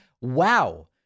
wow